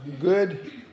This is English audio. good